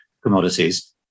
commodities